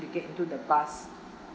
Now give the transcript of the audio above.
to get into the bus